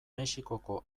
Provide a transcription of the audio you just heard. mexikoko